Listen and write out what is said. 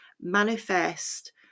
manifest